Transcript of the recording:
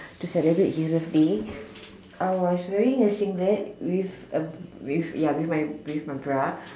to celebrate his birthday I was wearing a singlet with a with ya with my bra